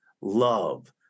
love